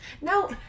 No